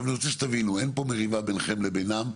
אני רוצה שתבינו, אין פה מריבה בניכם לבינם.